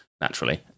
naturally